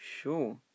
Sure